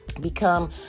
become